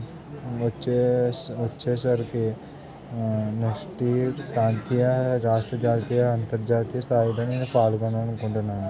వచ్చే వచ్చేసరికి next year ప్రాంతీయ రాష్ట్రజాతీయ అంతర్జాతీయ స్థాయిలో నేను పాల్గొనాలి అనుకుంటున్నాను